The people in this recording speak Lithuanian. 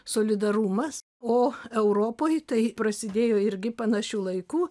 solidarumas o europoj tai prasidėjo irgi panašiu laiku